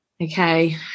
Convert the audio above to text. Okay